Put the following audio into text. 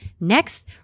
Next